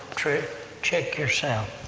tr check yourself.